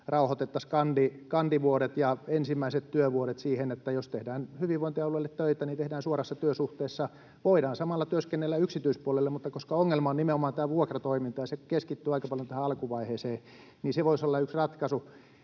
rauhoitettaisiin kandivuodet ja ensimmäiset työvuodet siihen, että jos tehdään hyvinvointialueille töitä, niin tehdään suorassa työsuhteessa. Voidaan samalla työskennellä yksityispuolelle, mutta koska ongelma on nimenomaan tämä vuokratoiminta ja se keskittyy aika paljon tähän alkuvaiheeseen, niin se voisi olla yksi ratkaisu.